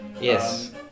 Yes